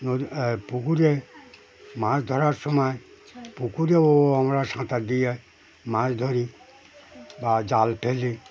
নদী পুকুরে মাছ ধরার সময় পুকুরেও আমরা সাঁতার দিয়ে মাছ ধরি বা জাল ফেলি